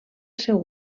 seu